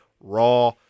Raw